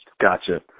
Gotcha